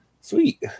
Sweet